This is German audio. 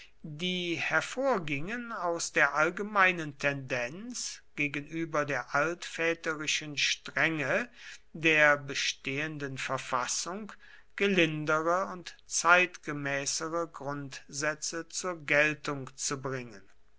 die hervorgingen aus der allgemeinen tendenz gegenüber der altväterischen strenge der bestehenden verfassung gelindere und zeitgemäßere grundsätze zur geltung zu bringen